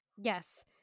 Yes